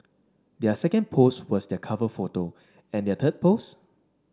their second post was their cover photo and their third post